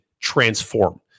transform